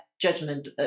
judgment